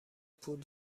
پول